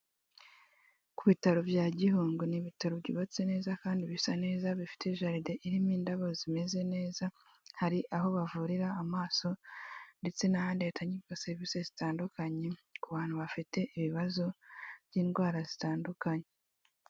Ku bitaro bya Gihundwe, ni ibitaro byubatse neza kandi bisa neza bifite jaride irimo indabo zimeze neza, hari aho bavurira amaso ndetse n'ahandi hatangirwa serivisi zitandukanye ku bantu bafite ibibazo by'indwara zitandukanye.